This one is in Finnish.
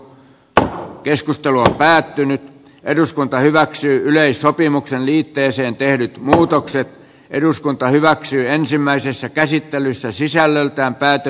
tämä keskustelu on päättynyt eduskunta hyväksyy yleissopimuksen liitteeseen tehdyt muutokset eduskunta hyväksyi ensimmäisessä käsittelyssä sisällöltään pääty